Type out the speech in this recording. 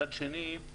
מצד שני,